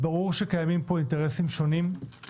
ברור לכולם שקיימים פה אינטרסים שונים,